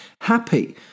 happy